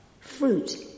fruit